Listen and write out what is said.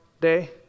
day